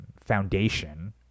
foundation